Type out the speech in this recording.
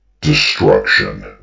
destruction